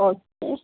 okay